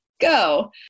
go